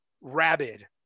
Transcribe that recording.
rabid